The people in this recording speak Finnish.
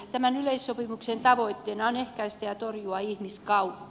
tämän yleissopimuksen tavoitteena on ehkäistä ja torjua ihmiskauppaa